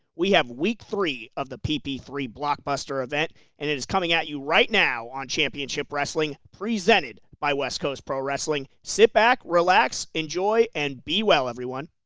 we have week three of the p p three blockbuster event, and it is coming at you right now, on championship wrestling, presented by west coast pro wrestling. sit back, relax, enjoy, and be well, everyone.